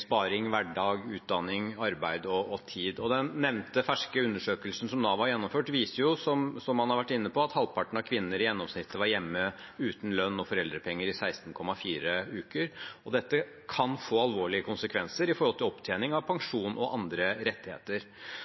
sparing, egen hverdag, egen utdanning, eget arbeid og egen tid. Den nevnte, ferske undersøkelsen som Nav har gjennomført, viser, som man har vært inne på, at halvparten av kvinner var hjemme uten lønn og foreldrepenger i 16,4 uker i gjennomsnitt. Dette kan få alvorlige konsekvenser for opptjening av pensjon og andre rettigheter.